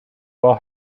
while